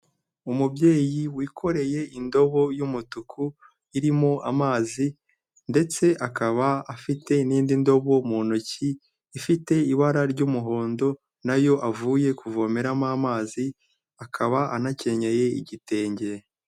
Umubyeyi wikoreye indobo y'umutuku irimo amazi ndetse akaba afite n'indi ndobo mu ntoki ifite ibara ry'umuhondo, nayo avuye kuvomeramo amazi, akaba anakenyeye igitenge.